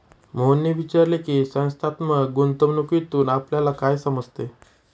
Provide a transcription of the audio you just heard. मोहनने विचारले की, संस्थात्मक गुंतवणूकीतून आपल्याला काय समजते?